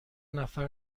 نفر